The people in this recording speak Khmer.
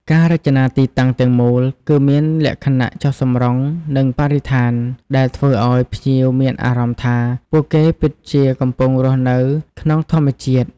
ការរចនាទីតាំងទាំងមូលគឺមានលក្ខណៈចុះសម្រុងនឹងបរិស្ថាន ដែលធ្វើឲ្យភ្ញៀវមានអារម្មណ៍ថាពួកគេពិតជាកំពុងរស់នៅក្នុងធម្មជាតិ។